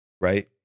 right